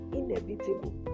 inevitable